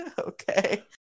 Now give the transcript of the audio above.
Okay